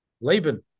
Laban